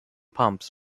pumps